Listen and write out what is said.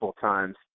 times